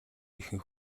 ихэнх